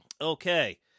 Okay